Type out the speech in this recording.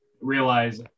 realize